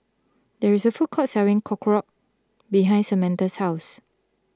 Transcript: there is a food court selling Korokke behind Samatha's house